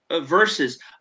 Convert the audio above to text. verses